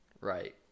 Right